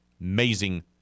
amazing